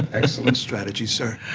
excellent strategy, sir.